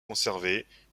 conservés